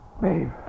Babe